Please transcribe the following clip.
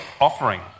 offering